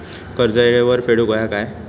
कर्ज येळेवर फेडूक होया काय?